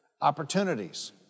opportunities